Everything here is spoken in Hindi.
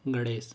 गणेश